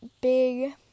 big